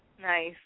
nice